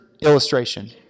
illustration